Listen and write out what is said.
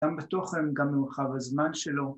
‫גם בתוכן, גם מרחב הזמן שלו.